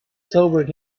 sobered